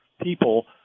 people